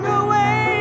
away